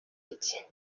iki